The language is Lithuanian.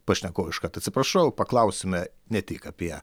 pašnekovų iškart atsiprašau paklausime ne tik apie